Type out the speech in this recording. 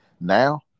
Now